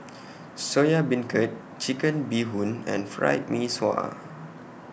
Soya Beancurd Chicken Bee Hoon and Fried Mee Sua